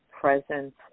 presence